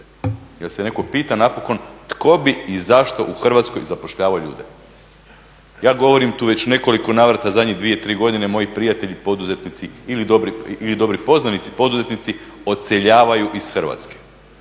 Jel' se netko pita napokon tko bi i zašto u Hrvatskoj zapošljavao ljude? Ja govorim tu u već nekoliko navrata zadnje dvije, tri godine moji prijatelji poduzetnici ili dobri poznanici poduzetnici odseljavaju iz Hrvatske.